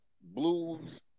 blues